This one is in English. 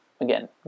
again